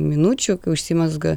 minučių kai užsimezga